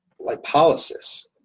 lipolysis